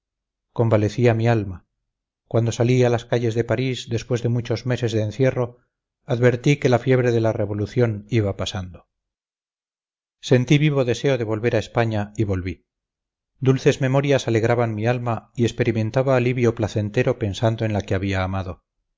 llorando convalecía mi alma cuando salí a las calles de parís después de muchos meses de encierro advertí que la fiebre de la revolución iba pasando sentí vivo deseo de volver a españa y volví dulces memorias alegraban mi alma y experimentaba alivio placentero pensando en la que había amado